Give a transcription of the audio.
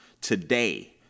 Today